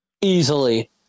Easily